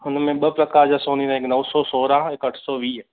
हुनमें ॿ प्रकार जा सोन ईंदा आहिनि हिकु नव सौ सोरहं हिकु अठ सौ वीह